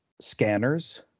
scanners